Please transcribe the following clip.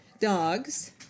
dogs